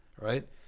Right